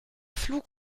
flug